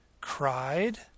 cried